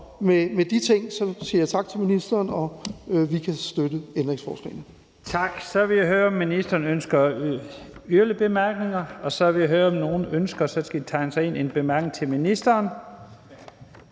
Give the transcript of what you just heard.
med de ting siger jeg tak til ministeren, og vi kan støtte ændringsforslagene.